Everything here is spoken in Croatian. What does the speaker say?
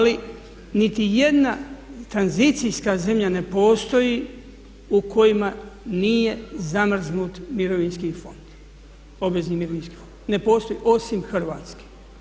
Ali niti jedna tranzicijska zemlja ne postoji u kojima nije zamrznut mirovinski fond, obvezni mirovinski fond, ne postoji osim Hrvatske.